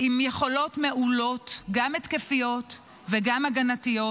עם יכולות מעולות, גם התקפיות וגם הגנתיות.